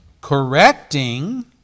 correcting